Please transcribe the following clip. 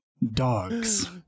dogs